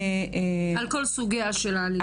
על כל סוגיה של האלימות.